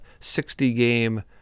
60-game